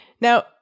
Now